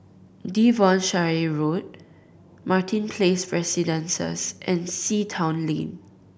Devonshire Road Martin Place Residences and Sea Town Lane